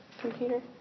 computer